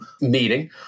meeting